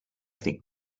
think